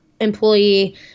employee